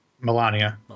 Melania